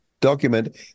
document